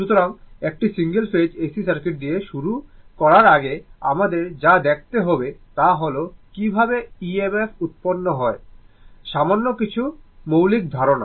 সুতরাং একটি single phase AC circuit দিয়ে শুরু করার আগে আমাদের যা দেখতে হবে তা হল কিভাবে EMF উৎপন্ন হয় সামান্য কিছু মৌলিক ধারণা